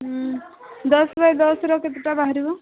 ହଁ ଦଶ ବାଇ ଦଶର କେତେଟା ବାହାରିବ